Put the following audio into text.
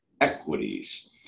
equities